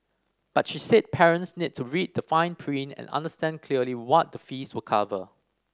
but she said parents need to read the fine print and understand clearly what the fees will cover